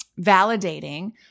validating